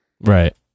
right